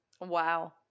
Wow